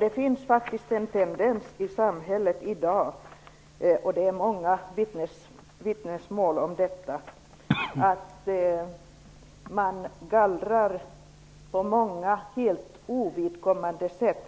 Det är en tendens i samhället i dag -- det finns många vittnesmål om detta -- att man gallrar på ett helt ovidkommande sätt.